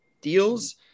deals